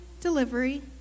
delivery